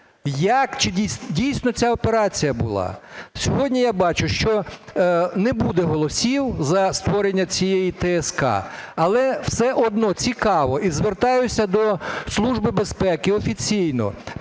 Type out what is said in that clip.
Чи дійсно ця операція була? Сьогодні я бачу, що не буде голосів за створення цієї ТСК, але все одно цікаво, і звертаюся до Служби